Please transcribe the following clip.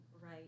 right